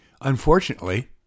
Unfortunately